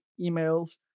emails